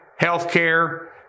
healthcare